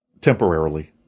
Temporarily